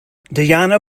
diana